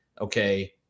Okay